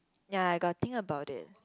ya I got think about it